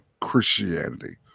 Christianity